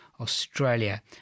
Australia